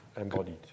embodied